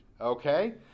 okay